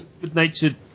Good-natured